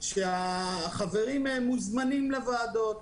שהחברים מוזמנים לוועדות,